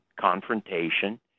confrontation